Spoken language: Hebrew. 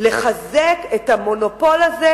לחזק את המונופול הזה,